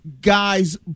guys